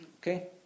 okay